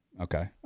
Okay